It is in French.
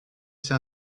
c’est